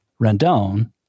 Rendon